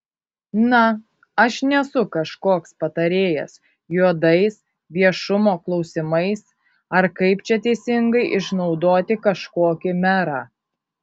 na aš nesu kažkoks patarėjas juodais viešumo klausimais ar kaip čia teisingai išnaudoti kažkokį merą